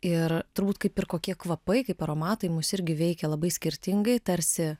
ir turbūt kaip ir kokie kvapai kaip aromatai mus irgi veikia labai skirtingai tarsi